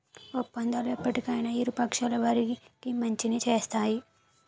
ఒప్పందాలు ఎప్పటికైనా ఇరు పక్షాల వారికి మంచినే చేస్తాయి